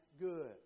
good